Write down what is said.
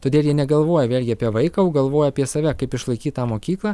todėl jie negalvoja vėlgi apie vaiką o galvoja apie save kaip išlaikyt tą mokyklą